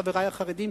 חברי החרדים,